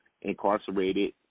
incarcerated